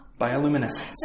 bioluminescence